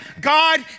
God